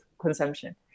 consumption